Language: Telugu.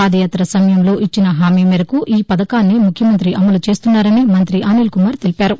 పాదయాత సమయంలో ఇచ్చిన హామీ మేరకు ఈ పథకాన్ని ముఖ్యమంతి అమలు చేస్తున్నారని మంత్రి అనిల్ కుమార్ తెలిపారు